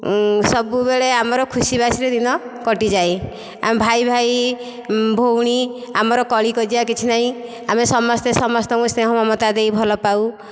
ସବୁବେଳେ ଆମର ଖୁସିବାସିର ଦିନ କଟିଯାଏ ଆମେ ଭାଇ ଭାଇ ଭଉଣୀ ଆମର କଳିକଜିଆ କିଛି ନାହିଁ ଆମେ ସମସ୍ତେ ସମସ୍ତଙ୍କୁ ସ୍ନେହ ମମତା ଦେଇ ଭଲପାଉ